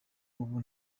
ubu